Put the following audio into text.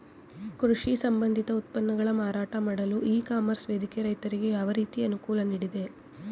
ಕೃಷಿ ಸಂಬಂಧಿತ ಉತ್ಪನ್ನಗಳ ಮಾರಾಟ ಮಾಡಲು ಇ ಕಾಮರ್ಸ್ ವೇದಿಕೆ ರೈತರಿಗೆ ಯಾವ ರೀತಿ ಅನುಕೂಲ ನೀಡಿದೆ?